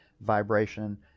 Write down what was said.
vibration